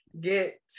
Get